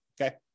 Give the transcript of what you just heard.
okay